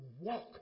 walk